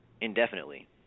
indefinitely